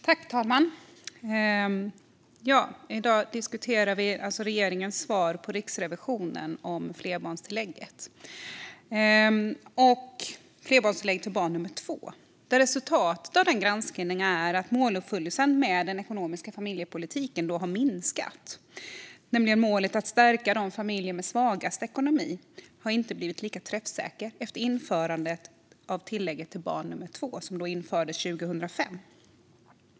Fru talman! I dag diskuterar vi regeringens svar till Riksrevisionen om flerbarnstillägget. Riksrevisionen har granskat träffsäkerheten för flerbarnstillägget till barn nummer två. Resultatet av den granskningen är att måluppfyllelsen med den ekonomiska familjepolitiken har minskat. Målet att stärka familjerna med svagast ekonomi har inte blivit lika träffsäkert efter införandet av tillägget till barn nummer två, vilket skedde 2005.